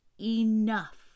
enough